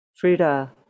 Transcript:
Frida